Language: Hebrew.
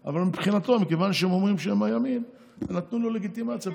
אבל הוא שיחק את המשחק פעם עם זה ופעם עם זה בוועדה המסדרת,